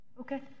Okay